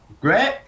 great